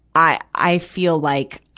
i, i feel like,